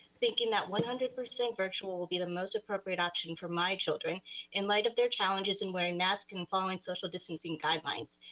thinking that one hundred percent virtual will be the most appropriate option for my children in light of their challenges in wearing mask and following social distancing guidelines.